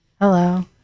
Hello